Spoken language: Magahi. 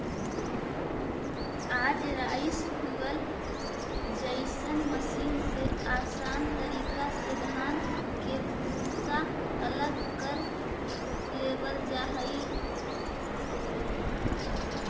आज राइस हुलर जइसन मशीन से आसान तरीका से धान के भूसा अलग कर लेवल जा हई